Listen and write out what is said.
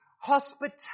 Hospitality